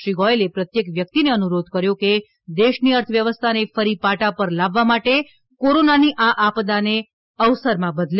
શ્રી ગોયલે પ્રત્યેક વ્યક્તિને અનુરોધ કર્યો કે દેશની અર્થવ્યવસ્થાને ફરી પાટા પર લાવવા માટે કોરોનાની આ આપદાને અવસરમાં બદલે